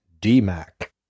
D-Mac